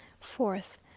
Fourth